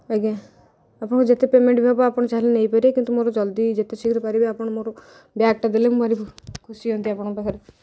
ଆଜ୍ଞା ଆପଣଙ୍କୁ ଯେତେ ପେମେଣ୍ଟ୍ ବି ହେବ ଆପଣ ଚାହିଁଲେ ନେଇପାରିବେ କିନ୍ତୁ ମୋର ଜଲ୍ଦି ଯେତେ ଶୀଘ୍ର ପାରିବେ ଆପଣ ମୋର ବ୍ୟାଗ୍ଟା ଦେଲେ ମୁଁ ଭରି ଖୁସି ହୁଅନ୍ତି ଆପଣଙ୍କ ପାଖରେ